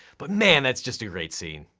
but man, that's just a great scene.